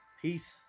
Peace